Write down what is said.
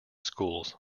schools